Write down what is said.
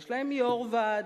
יש להם יושב-ראש ועד,